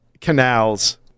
canals